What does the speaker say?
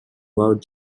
world